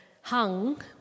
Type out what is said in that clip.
hung